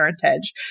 parentage